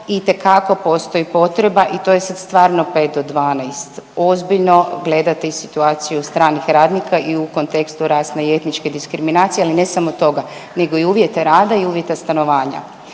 itekako postoji potreba i to je sad stvarno 5 do 12, ozbiljno gledati situaciju stranih radnika i u kontekstu rasne i etničke diskriminacije, ali ne samo toga nego i uvjeta rada i uvjeta stanovanja.